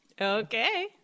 Okay